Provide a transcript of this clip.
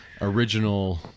original